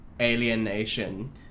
alienation